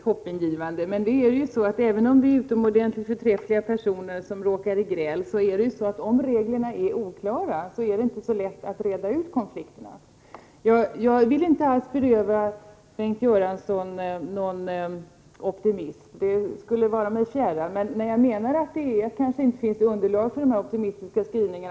Herr talman! Detta låter ju väldigt hoppingivande. Men om reglerna är oklara är det inte så lätt att reda ut konflikterna även om det är utomordentligt förträffliga personer som råkar i gräl. Jag vill inte alls beröva Bengt Göransson någon optimism — det skulle vara mig fjärran — men jag menar att det kanske inte finns underlag för dessa optimistiska skrivningar.